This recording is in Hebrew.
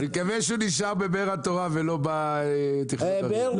מקווה שנשאר בבאר התורה ולא בתכנון ערים.